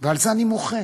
ועל זה אני מוחה.